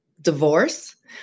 divorce